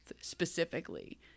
specifically